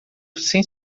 sem